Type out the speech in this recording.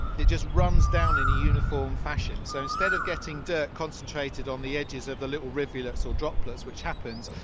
it just runs down in a uniform fashion. so instead of getting dirt concentrated on the edges of the little rivulets or droplets which happens,